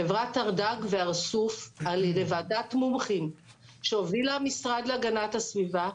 חברת ערדג ודג סוף על ידי ועדת מומחים שהוביל המשרד להגנת הסביבה.